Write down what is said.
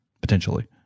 potentially